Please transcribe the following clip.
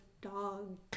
dog